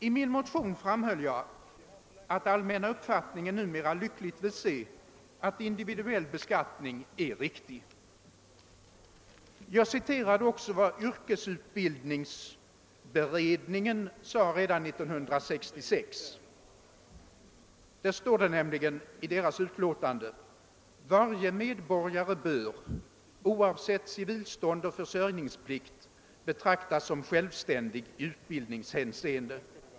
I min motion framhöll jag att den allmänna uppfattningen numera lyckligtvis är att individuell beskattning är riktig. Jag citerade också vad yrkesutbildningsberedningen sade redan år 1966, nämligen att varje medborgare bör, oavsett civilstånd och försörjningsplikt, betraktas som självständig i utbildningshänseende.